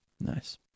Nice